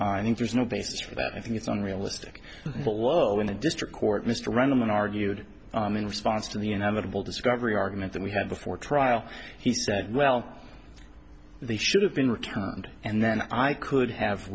think there's no basis for that i think it's unrealistic but low in the district court mr rahman argued in response to the inevitable discovery argument that we had before trial he said well they should have been returned and then i could have